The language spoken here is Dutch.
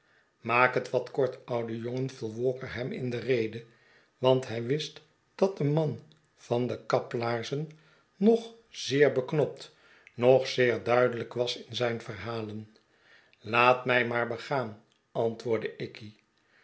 maak het wat kort ouwe jongen viel walker hem in de rede want hij wist dat de man van de kaplaarzen noch zeer beknopt noch zeer duidelijk was in zijn verhalen laat mij maar begaan antwoordde ikey